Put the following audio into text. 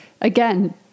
again